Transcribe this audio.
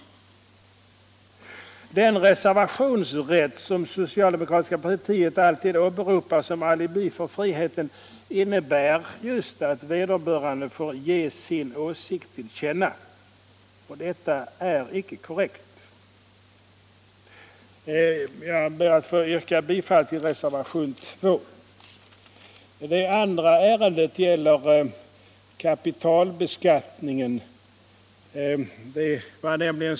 Den reservationsrätt som socialdemokratiska partiet alltid åberopar som alibi för friheten innebär just att man får ”ge sina åsikter till känna”, och detta är icke korrekt. Jag ber att få yrka bifall till reservationen 2. Det andra ärendet gäller kapitalbeskattningen.